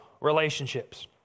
relationships